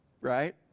right